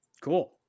Cool